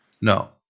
no